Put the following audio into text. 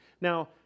Now